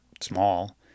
small